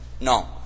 No